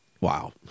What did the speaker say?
Wow